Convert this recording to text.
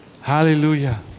hallelujah